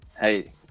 hey